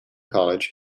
college